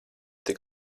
tik